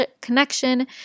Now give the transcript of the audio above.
connection